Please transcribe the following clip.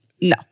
No